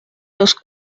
los